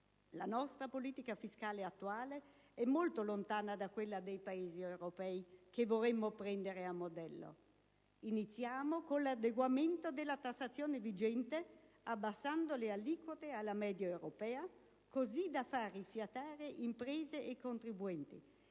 La nostra politica fiscale attuale è molto lontana da quella dei Paesi europei che vorremmo prendere a modello. Iniziamo con l'adeguamento della tassazione vigente, abbassando le aliquote alla media europea così da far rifiatare imprese e contribuenti